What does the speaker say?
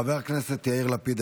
חבר הכנסת יאיר לפיד,